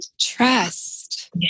Trust